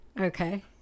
Okay